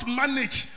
manage